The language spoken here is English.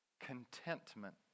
contentment